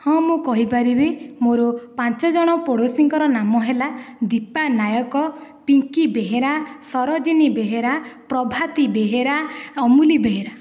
ହଁ ମୁଁ କହିପାରିବି ମୋର ପାଞ୍ଚ ଜଣ ପଡ଼ୋଶୀଙ୍କର ନାମ ହେଲା ଦୀପା ନାୟକ ପିଙ୍କି ବେହେରା ସରୋଜିନୀ ବେହେରା ପ୍ରଭାତୀ ବେହେରା ଅମୂଲୀ ବେହେରା